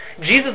Jesus